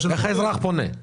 איך האזרח פונה?